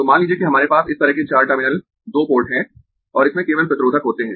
तो मान लीजिए कि हमारे पास इस तरह के चार टर्मिनल दो पोर्ट है और इसमें केवल प्रतिरोधक होते है